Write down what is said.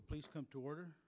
will please come to order